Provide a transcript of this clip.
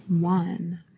One